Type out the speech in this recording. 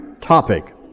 topic